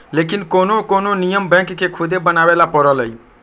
लेकिन कोनो कोनो नियम बैंक के खुदे बनावे ला परलई